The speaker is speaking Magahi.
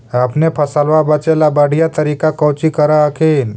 अपने फसलबा बचे ला बढ़िया तरीका कौची कर हखिन?